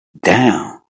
down